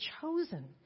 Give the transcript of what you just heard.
chosen